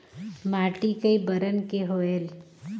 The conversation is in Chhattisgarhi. माटी कई बरन के होयल?